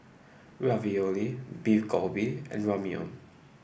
Ravioli Beef Galbi and Ramyeon